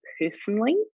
personally